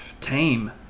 tame